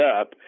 up